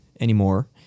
anymore